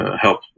help